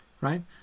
right